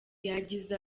yagize